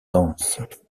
dense